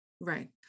right